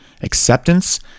Acceptance